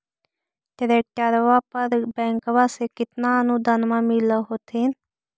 ट्रैक्टरबा पर बैंकबा से कितना अनुदन्मा मिल होत्थिन?